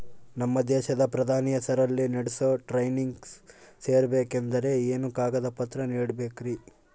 ನಮ್ಮ ದೇಶದ ಪ್ರಧಾನಿ ಹೆಸರಲ್ಲಿ ನಡೆಸೋ ಟ್ರೈನಿಂಗ್ ಸೇರಬೇಕಂದರೆ ಏನೇನು ಕಾಗದ ಪತ್ರ ನೇಡಬೇಕ್ರಿ?